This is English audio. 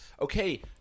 Okay